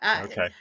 okay